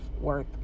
worth